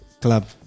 club